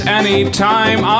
anytime